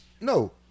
No